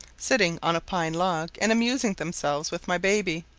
sitting on a pine-log and amusing themselves with my baby,